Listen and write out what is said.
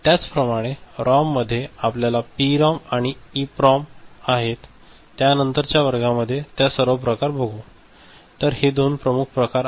त्याचप्रमाणे रॉममध्ये आम्हाला पीरॉम आणि ईप्रोम आहे त्यानंतरच्या वर्गांमध्ये त्या सर्व प्रकार घेऊ तर हे दोन प्रमुख प्रकार आहेत